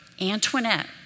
Antoinette